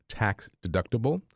tax-deductible